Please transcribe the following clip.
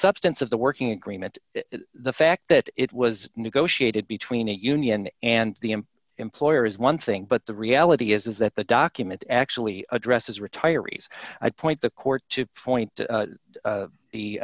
substance of the working agreement the fact that it was negotiated between a union and the employer is one thing but the reality is is that the document actually addresses retiree's appoint the court to point